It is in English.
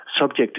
subject